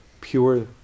pure